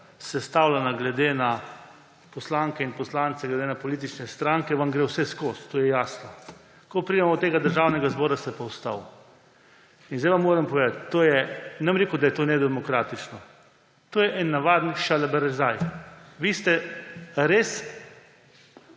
sestavljena glede na poslanke in poslance, glede na politične stranke, vam gre vse skozi. To je jasno. Ko pridemo do tega državnega zbora, se pa ustavi. In zdaj vam moram povedati, to je, ne bom rekel, da je to nedemokratično, to je en navaden šalabajzeraj. Vi ste res